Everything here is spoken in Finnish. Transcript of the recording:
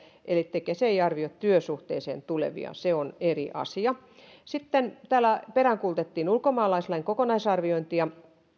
eli tekes ei arvioi työsuhteeseen tulevia se on eri asia täällä peräänkuulutettiin ulkomaalaislain kokonaisarviointia